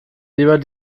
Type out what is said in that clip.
lieber